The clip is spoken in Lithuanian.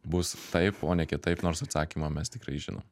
bus taip o ne kitaip nors atsakymą mes tikrai žinom